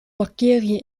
bacteriën